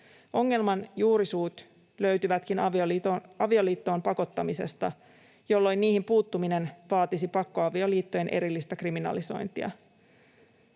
Ongelman juurisyyt löytyvätkin avioliittoon pakottamisesta, jolloin niihin puuttuminen vaatisi pakkoavioliittojen erillistä kriminalisointia.